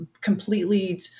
completely